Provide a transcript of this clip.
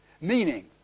Meaning